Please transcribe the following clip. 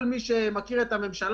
כל מי שמכיר את הממשלה